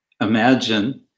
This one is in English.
imagine